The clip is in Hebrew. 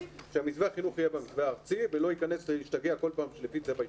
שמתווה החינוך יהיה במתווה הארצי ולא יכנס להשתגע כל פעם לפי צבע ישוב.